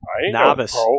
novice